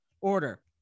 order